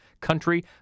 country